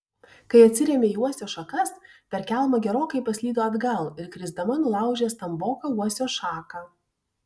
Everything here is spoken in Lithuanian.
kai atsirėmė į uosio šakas per kelmą gerokai paslydo atgal ir krisdama nulaužė stamboką uosio šaką